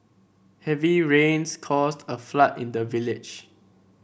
heavy rains caused a flood in the village